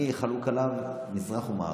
אני חלוק עליו מזרח ומערב.